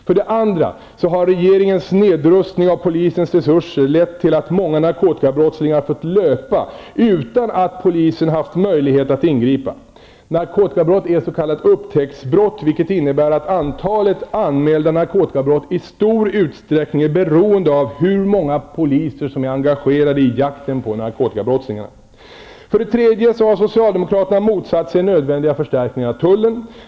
För det andra har regeringens nedrustning av polisens resurser lett till att många narkotikabrottslingar fått löpa utan att polisen haft möjlighet att ingripa. Narkotikabrott är s.k. upptäcktsbrott, vilket innebär att antalet anmälda narkotikabrott i stor utsträckning är beroende av hur många poliser som är engagerade i jakten på narkotikabrottslingarna. För det tredje har socialdemokraterna motsatt sig nödvändiga förstärkningar av tullen.